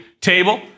table